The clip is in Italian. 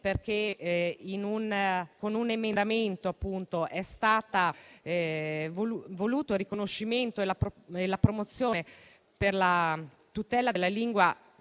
perché con un emendamento si sono voluti introdurre il riconoscimento, la promozione e la tutela della lingua